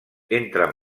entren